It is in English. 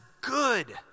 good